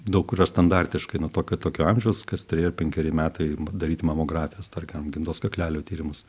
daug kur yra standartiškai nuo tokio tokio amžiaus kas treji ar penkeri metai daryt mamografijas tarkim gimdos kaklelio tyrimus